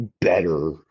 better